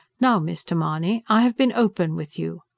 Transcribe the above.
now, mr. mahony, i have been open with you.